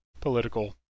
political